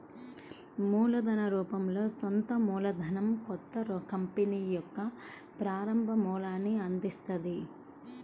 మూలధన రూపంలో సొంత మూలధనం కొత్త కంపెనీకి యొక్క ప్రారంభ మూలాన్ని అందిత్తది